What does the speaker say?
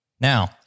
Now